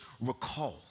recall